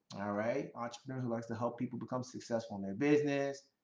alright, entrepreneur who likes to help people become successful in their business.